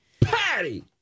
patty